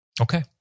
Okay